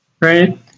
right